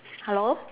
hello